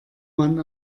man